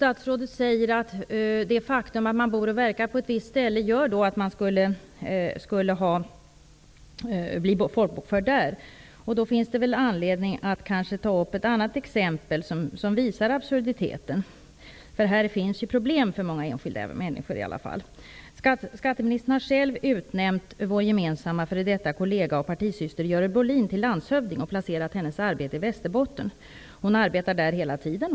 Statsrådet säger att det faktum att man bor och verkar på ett visst ställe gör att man folkbokförs på detta ställe. Då finns det anledning att ta upp ett annat exempel som visar absurditeten i reglerna. De skapar problem för många enskilda människor. Skatteministern har själv utnämnt vår gemensamma före detta kollega och partisyster till landshövding och placerat hennes arbete i Västerbotten. Hon arbetar där hela tiden.